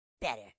Better